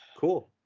cool